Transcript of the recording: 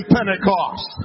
Pentecost